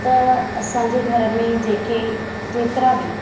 त असांजे घर में जेके जेतिरा बि